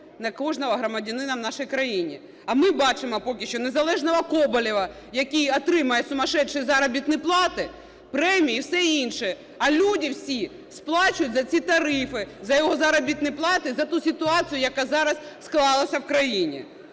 для кожного громадянина в нашій країні. А ми бачимо поки що незалежного Коболєва, який отримує сумасшедшие заробітні плати, премії і все інше. А люди всі сплачують за ці тарифи, за його заробітні плати, за ту ситуацію, яка зараз склалася в країні.